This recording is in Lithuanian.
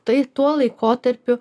tai tuo laikotarpiu